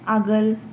आगोल